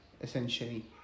essentially